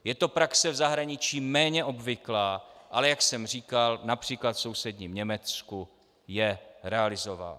Je to praxe v zahraničí méně obvyklá, ale jak jsem říkal, například v sousedním Německu je realizována.